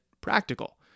practical